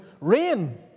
rain